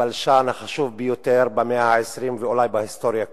בבלשן החשוב ביותר במאה העשרים ואולי בהיסטוריה כולה.